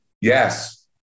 Yes